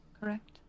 Correct